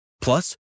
Plus